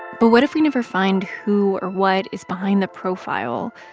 but what if we never find who or what is behind the profile?